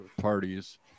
parties